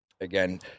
again